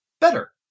better